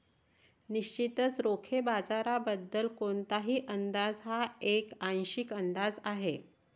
निश्चितच रोखे बाजाराबद्दल कोणताही अंदाज हा एक आंशिक अंदाज आहे